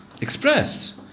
expressed